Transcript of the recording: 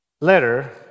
letter